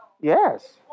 Yes